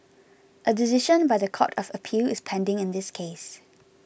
a decision by the Court of Appeal is pending in this case